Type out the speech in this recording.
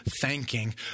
thanking